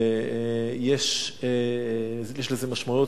יש לזה משמעויות,